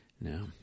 No